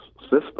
system